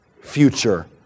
future